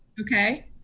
Okay